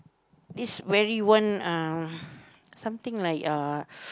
this very one uh something like uh